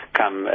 come